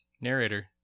narrator